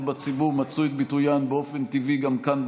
בציבור מצאו את ביטוין באופן טבעי גם כאן,